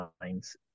lines